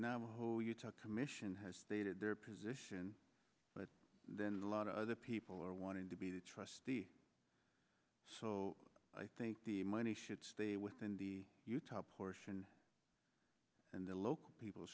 navajo utah commission has stated their position but then lot of other people are wanting to be the trustee so i think the money should stay within the utah portion and the local people